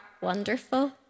wonderful